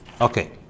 Okay